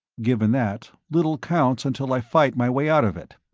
given that, little counts until i fight my way out of it.